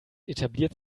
etabliert